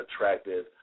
attractive